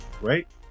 right